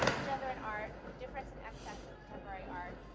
gender and art, difference in excess and contemporary art,